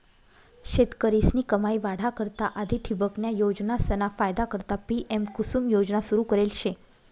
शेतकरीस्नी कमाई वाढा करता आधी ठिबकन्या योजनासना फायदा करता पी.एम.कुसुम योजना सुरू करेल शे